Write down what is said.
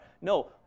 No